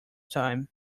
time